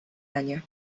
año